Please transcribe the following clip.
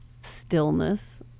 stillness